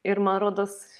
ir man rodos